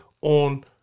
on